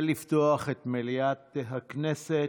לפתוח את מליאת הכנסת.